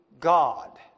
God